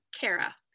Kara